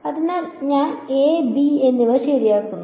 അതിനാൽ ഞാൻ a b എന്നിവ ശരിയാക്കുന്നു